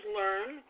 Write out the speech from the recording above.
learn